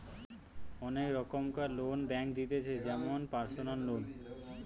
অনেক রোকমকার loan bank দিতেছে যেমন পারসনাল লোন